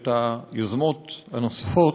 ואת היוזמות הנוספות,